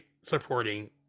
supporting